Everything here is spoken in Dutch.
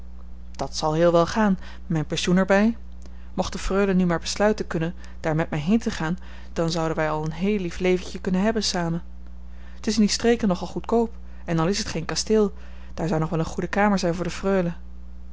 dat zal heel wel gaan mijn pensioen er bij mocht de freule nu maar besluiten kunnen daar met mij heen te gaan dan zouden wij al een heel lief leventje kunnen hebben samen t is in die streken nogal goedkoop en al is het geen kasteel daar zou nog wel een goede kamer zijn voor de freule